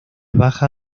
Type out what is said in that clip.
baja